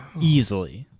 easily